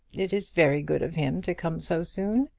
it is very good of him to come so soon.